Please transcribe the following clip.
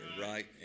right